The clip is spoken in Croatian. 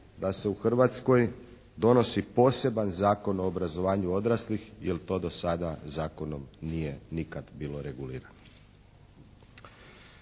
da se u Hrvatskoj donosi poseban Zakon o obrazovanju odraslih jer to do sada zakonom nije nikad bilo regulirano.